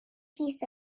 piece